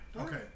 Okay